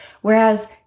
Whereas